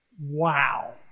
Wow